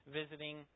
visiting